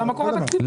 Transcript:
זה המקור התקציבי.